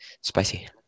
Spicy